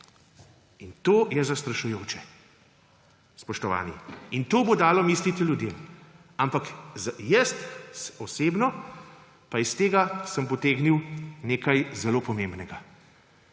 je. To je zastrašujoče, spoštovani. In to bo dalo misliti ljudem. Ampak jaz osebno sem pa iz tega potegnil nekaj zelo pomembnega: